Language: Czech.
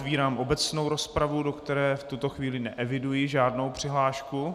Otevírám obecnou rozpravu, do které v tuto chvíli neeviduji žádnou přihlášku.